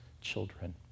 children